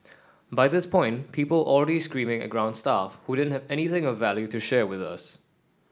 by this point people already screaming at ground staff who didn't have anything of value to share with us